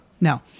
No